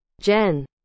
Jen